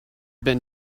been